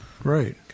Right